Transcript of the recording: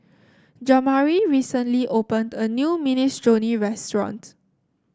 Jamari recently opened a new Minestrone restaurant